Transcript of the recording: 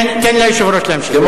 תן ליושב-ראש להמשיך.